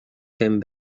fent